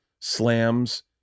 slams